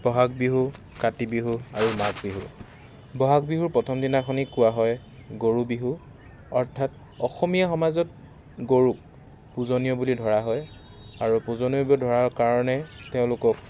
বহাগ বিহু কাতি বিহু আৰু মাঘ বিহু বহাগ বিহুৰ প্ৰথম দিনাখনিক কোৱা হয় গৰু বিহু অৰ্থাৎ অসমীয়া সমাজত গৰুক পূজনীয় বুলি ধৰা হয় আৰু পূজনীয় বুলি ধৰাৰ কাৰণে তেওঁলোকক